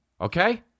Okay